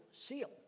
seal